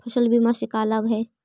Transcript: फसल बीमा से का लाभ है?